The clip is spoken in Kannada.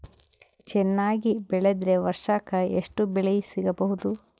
ಚೆನ್ನಾಗಿ ಬೆಳೆದ್ರೆ ವರ್ಷಕ ಎಷ್ಟು ಬೆಳೆ ಸಿಗಬಹುದು?